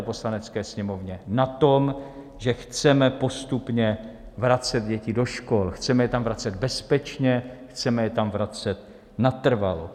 Poslanecké sněmovně na tom, že chceme postupně vracet děti do škol, chceme je tam vracet bezpečně, chceme je tam vracet natrvalo.